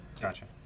Gotcha